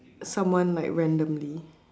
someone like randomly